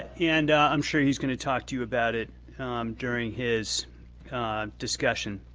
and i'm sure he is going to talk to you about it during his discussion.